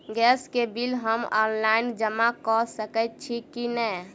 Gas केँ bill हम online जमा कऽ सकैत छी की नै?